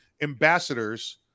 ambassadors